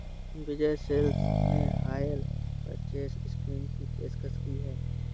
विजय sales ने hire purchase scheme की पेशकश की हैं